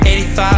85